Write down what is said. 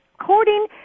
according